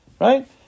Right